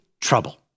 trouble